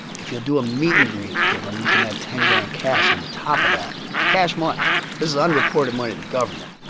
if you'll do a meet-and-greet with them, you can add ten grand cash on the top of that. cash money this is unreported money to the government.